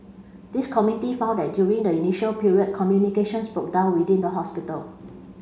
the committee found that during the initial period communications broke down within the hospital